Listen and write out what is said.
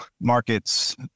markets